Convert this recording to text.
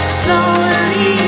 slowly